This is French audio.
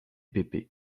pépé